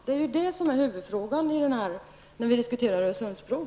Det är ju det som är huvudfrågan när vi diskuterar Öresundsbron.